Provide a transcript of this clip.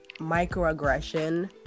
microaggression